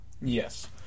Yes